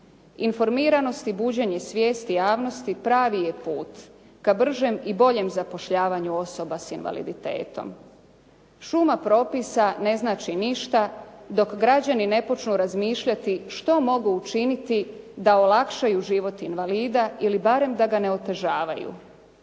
Informiranost i buđenje svijesti javnosti pravi je put k bržem i bojem zapošljavanju osoba sa invaliditetom. Šuma propisa ne znači ništa dok građani ne počnu razmišljati što mogu učiniti da olakšaju život invalida ili barem da ga ne otežavaju.